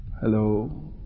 hello